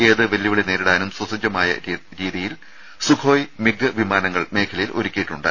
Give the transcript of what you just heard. ഏത് വെല്ലുവിളി നേരിടാനും സജ്ജമായ തരത്തിൽ സുഖോയ് മിഗ് വിമാനങ്ങൾ മേഖലയിൽ ഒരുക്കിയിട്ടുണ്ട്